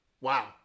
Wow